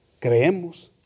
Creemos